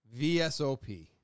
VSOP